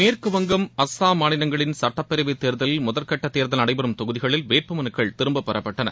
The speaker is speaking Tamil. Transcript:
மேற்குவங்கம் அஸ்ஸாம் மாநிலங்களின் சட்டப்பேரவைத் தேர்தலில் முதல்கட்ட தேர்தல் நடபெறும் தொகுதிகளில் வேட்புமலுக்களை திரும்பப்பெறப்பட்டன